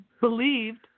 believed